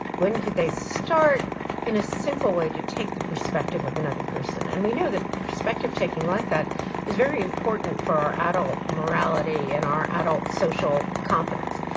when could they start in a simple way to take the perspective of another person? and we know that perspective-taking like that is very important for our adult morality and our adult social competence.